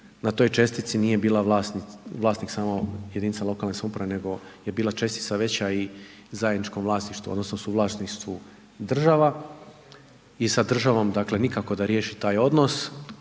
na toj čestici nije bila vlasnik samo jedinica lokalne samouprave nego je bila čestica veća i zajedničkom vlasništvu, odnosno suvlasništvu država i sa državom dakle nikako da riješi taj odnos.